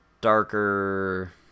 darker